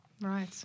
right